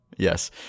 Yes